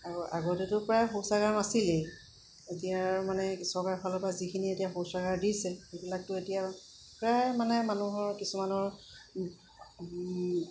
আৰু আগতেতো প্ৰায় শৌচাগাৰ নাছিলেই এতিয়া আৰু মানে চৰকাৰৰ ফালৰপৰা যিখিনি এতিয়া শৌচাগাৰ দিছে সেইবিলাকতো এতিয়া প্ৰায় মানে মানুহৰ কিছুমানৰ